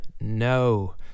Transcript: No